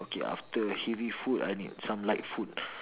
okay after heavy food I need some light food